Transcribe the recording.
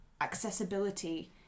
accessibility